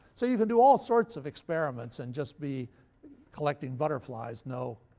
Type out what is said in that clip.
so you can do all sorts of experiments and just be collecting butterflies no,